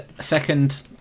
Second